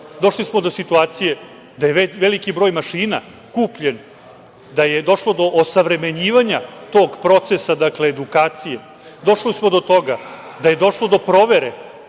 došli smo do situacije da je veliki broj mašina kupljen, da je došlo do osavremenjivanja tog procesa, dakle edukacije. Došli smo do toga da je došlo do provere